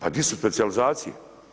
A di su specijalizacije?